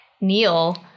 Neil